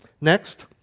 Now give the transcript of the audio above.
Next